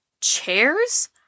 chairs